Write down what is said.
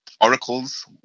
oracles